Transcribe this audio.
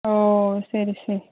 ஓ சரி சரி